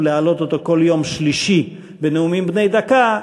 להעלות אותו כל יום שלישי בנאומים בני דקה,